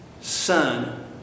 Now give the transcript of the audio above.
son